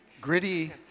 Gritty